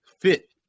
fit